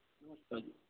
नमस्कार जी